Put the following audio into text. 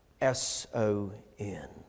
S-O-N